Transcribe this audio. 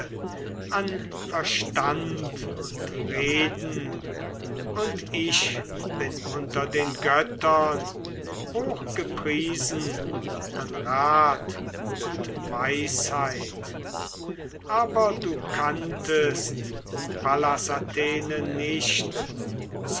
an verstand und reden und ich bin unter den göttern hochgepriesen an rat und weisheit aber du kanntest pallas athene nicht